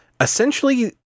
Essentially